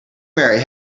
marry